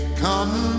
come